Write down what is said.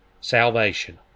salvation